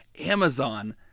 Amazon